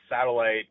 satellite